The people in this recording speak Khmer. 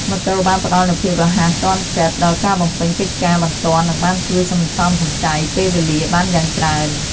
ម៉ូតូបានផ្តល់នូវភាពរហ័សទាន់ចិត្តដល់ការបំពេញកិច្ចការបន្ទាន់និងបានជួយសន្សំសំចៃពេលវេលាបានយ៉ាងច្រើន។